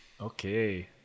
Okay